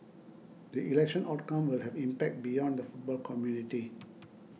the election outcome will have impact beyond the football community